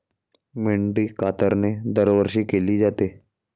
मेंढी कातरणे दरवर्षी केली जाते